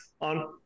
on